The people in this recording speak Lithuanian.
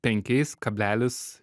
penkiais kablelis